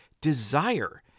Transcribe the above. desire